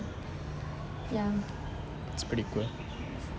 it's pretty good